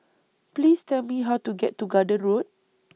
Please Tell Me How to get to Garden Road